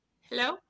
Hello